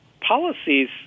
policies